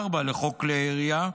24 לחוק כלי הירייה,